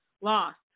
Lost